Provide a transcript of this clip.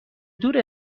دور